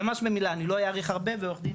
ממש במילה אני לא יעריך הרבה ועורך דין